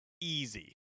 easy